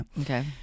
Okay